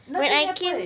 nothing happened